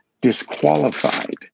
disqualified